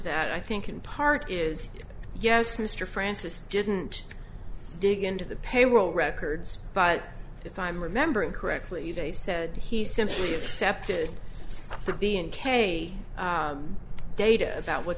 that i think in part is yes mr francis didn't dig into the payroll records but if i'm remembering correctly they said he simply accepted the b and k data about what